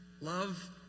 Love